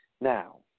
Now